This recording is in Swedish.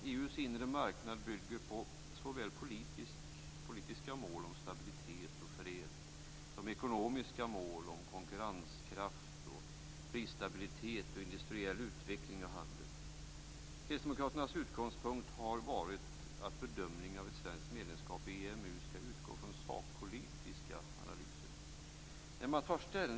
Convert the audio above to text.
EU:s inre marknad bygger på såväl politiska mål om stabilitet och fred som ekonomiska mål om konkurrenskraft, prisstabilitet, industriell utveckling och handel. Kristdemokraternas utgångspunkt har varit att bedömningen av ett svenskt medlemskap i EMU skall utgå från sakpolitiska analyser.